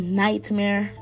nightmare